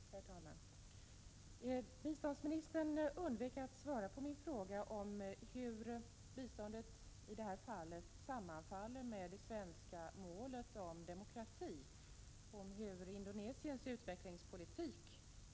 Herr talman! Biståndsministern undvek att svara på min fråga om hur Indonesiens utvecklingspolitik överenstämmer med de svenska kraven på demokrati för bistånd.